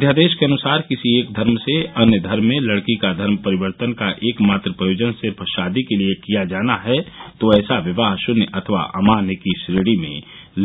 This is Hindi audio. अध्यादेश के अनुसार किसी एक धर्म से अन्य धर्म में लड़की का धर्म परिवर्तन का एक मात्र प्रयोजन सिर्फ शादी के लिये किया जाता है तो ऐसा विवाह शून्य अथवा अमान्य की श्रेणी में